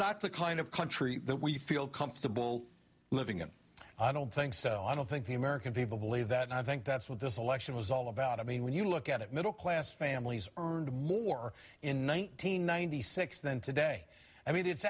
not the kind of country that we feel comfortable living in i don't think so i don't think the american people believe that i think that's what this election was all about i mean when you look at it middle class families earned more in one thousand nine hundred six than today i mean it's